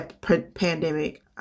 pandemic